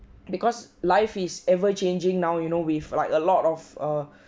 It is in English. because life is ever changing now you know with like a lot of err